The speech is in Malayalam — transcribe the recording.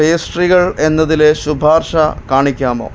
പേസ്ട്രികൾ എന്നതിലെ ശുപാർശ കാണിക്കാമോ